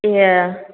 ꯑꯦ